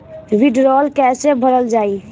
वीडरौल कैसे भरल जाइ?